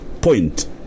point